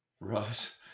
Right